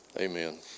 Amen